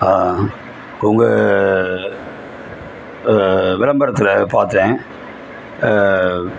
உங்கள் விளம்பரத்தில் பார்த்தேன்